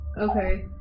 Okay